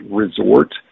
resort